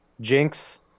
Jinx